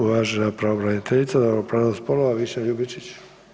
Uvažena pravobraniteljica za ravnopravnost spolova Višnja Ljubičić.